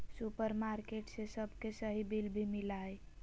supermarket से सबके सही बिल भी मिला हइ